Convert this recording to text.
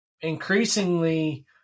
increasingly